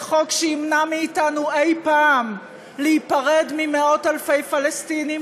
זה חוק שימנע מאתנו אי-פעם להיפרד ממאות אלפי פלסטינים,